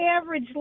average